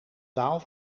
taal